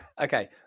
okay